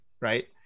right